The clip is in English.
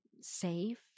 safe